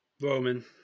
Roman